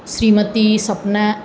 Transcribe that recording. શ્રીમતિ સપના